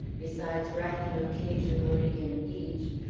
besides writing occasionally in each,